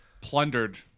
plundered